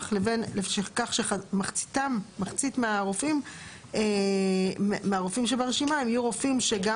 לכך שמחצית מהרופאים שברשימה הם יהיו רופאים שגם